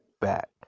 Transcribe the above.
back